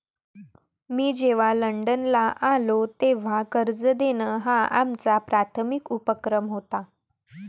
मी जेव्हा लंडनला आलो, तेव्हा कर्ज देणं हा आमचा प्राथमिक उपक्रम होता